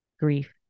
Grief